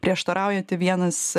prieštaraujanti vienas